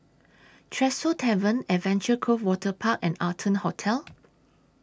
Tresor Tavern Adventure Cove Waterpark and Arton Hotel